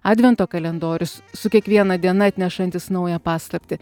advento kalendorius su kiekviena diena atnešantis naują paslaptį